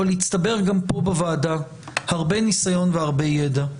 אבל הצטבר גם פה בוועדה הרבה ניסיון והרבה ידע.